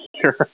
sure